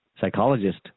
psychologist